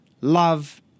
love